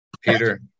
Peter